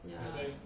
ya